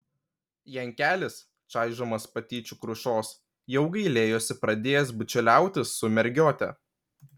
jankelis čaižomas patyčių krušos jau gailėjosi pradėjęs bičiuliautis su mergiote